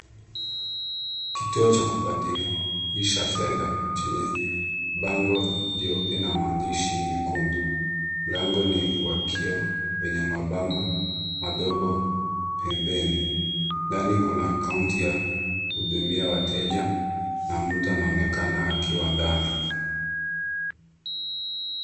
Kituo cha kubadilisha fedha, chenye bango jeupe na maandishi mekundu, mlango ni wa kioo wenye mabango madogo pembeni ,ndani kuna kaunti ya kuhudumia wateja na mtu anaonekana akiwa ndani .